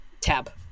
tab